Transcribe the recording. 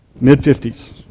Mid-50s